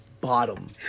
bottom